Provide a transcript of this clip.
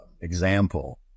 example